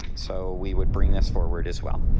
so we would bring this forward as well.